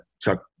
Chuck